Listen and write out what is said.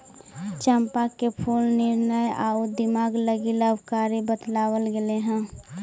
चंपा के फूल निर्णय आउ दिमाग लागी लाभकारी बतलाबल गेलई हे